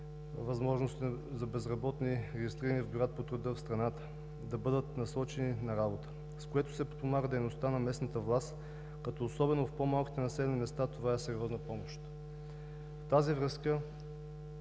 дейности за безработни, регистрирани в бюрата по труда в страната, да бъдат насочени на работа, с което се подпомага дейността на местната власт, като особено в по-малките населени места това е сериозна помощ. В тази връзка